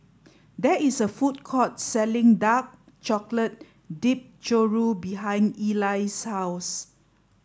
there is a food court selling Dark Chocolate Dipped Churro behind Ely's house